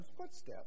footsteps